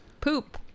Poop